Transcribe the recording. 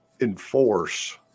enforce